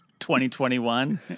2021